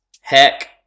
Heck